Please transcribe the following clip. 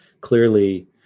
clearly